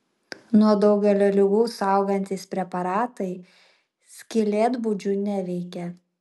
nuo daugelio ligų saugantys preparatai skylėtbudžių neveikia